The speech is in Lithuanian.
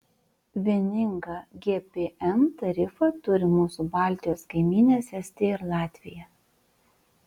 vieningą gpm tarifą turi mūsų baltijos kaimynės estija ir latvija